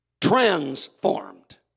transformed